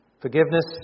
Forgiveness